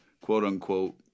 quote-unquote